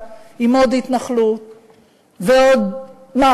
אבל הבחירה שלנו היא בין ארץ-ישראל כולה לבין מדינת ישראל,